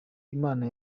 imana